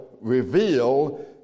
reveal